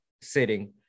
sitting